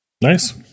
Nice